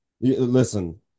listen